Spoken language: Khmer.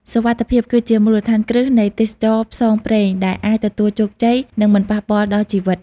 សុវត្ថិភាព គឺជាមូលដ្ឋានគ្រឹះនៃទេសចរណ៍ផ្សងព្រេងដែលអាចទទួលជោគជ័យ និងមិនប៉ះពាល់ដល់ជីវិត។